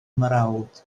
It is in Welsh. mrawd